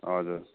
हजुर